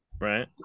right